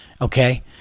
okay